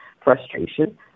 frustration